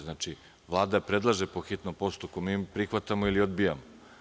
Znači, Vlada predlaže po hitnom postupku, mi prihvatamo ili odbijamo.